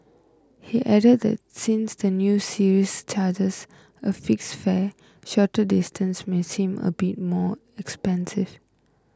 he added that since the new service charges a fixed fare shorter distances may seem a bit more expensive